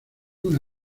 una